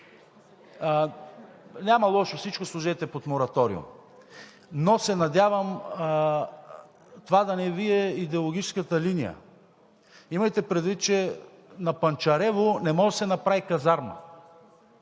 Няма лошо – всичко сложете под мораториум, но се надявам това да не Ви е идеологическата линия. Имайте предвид, че на Панчарево не може да се направи казарма.